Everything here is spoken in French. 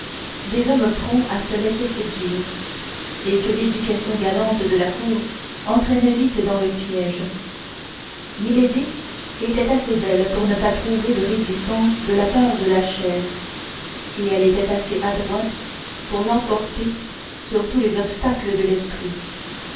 des hommes prompts à se laisser séduire et que l'éducation galante de la cour entraînait vite dans le piège milady était assez belle pour ne pas trouver de résistance de la part de la chair et elle était assez adroite pour l'emporter sur tous les obstacles de l'esprit